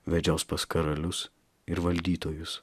vedžios pas karalius ir valdytojus